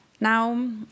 Now